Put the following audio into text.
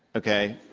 okay?